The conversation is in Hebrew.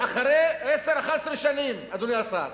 ואחרי 10 11 שנים, אדוני השר,